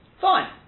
Fine